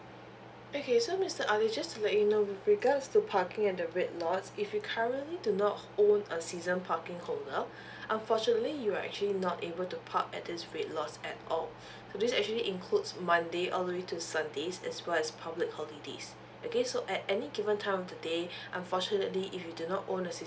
okay so mister ali just to let you know with regards to parking at the red lot if you currently do not own a season parking holder unfortunately you're actually not able to park at this red lots at all so this actually includes monday all the way to sunday as well as public holidays okay so at any given time of the day unfortunately if you do not own a